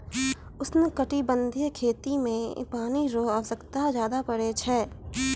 उष्णकटिबंधीय खेती मे पानी रो आवश्यकता ज्यादा पड़ै छै